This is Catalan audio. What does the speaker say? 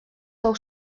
fou